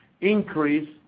increase